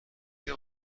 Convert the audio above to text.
دیده